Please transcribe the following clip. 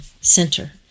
center